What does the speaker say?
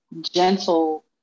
gentle